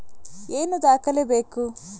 ಏನು ದಾಖಲೆ ಬೇಕು?